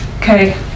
Okay